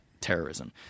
terrorism